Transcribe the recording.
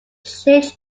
changed